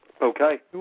Okay